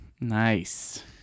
Nice